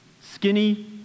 skinny